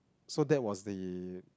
so that was the